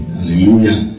Hallelujah